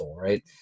right